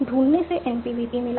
ढूंढने से NP VP मिला